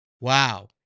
wow